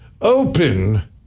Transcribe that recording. Open